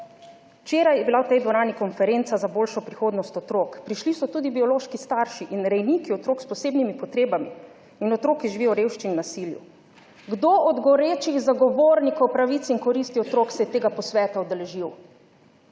Včeraj je bila v tej dvorani konferenca Za boljšo prihodnost otrok, prišli so tudi biološki starši in rejniki otrok s posebnimi potrebami in otrok, ki živijo v revščini, nasilju. Kdo od gorečih zagovornikov pravic in koristi otrok se je tega posveta udeležil?